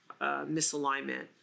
misalignment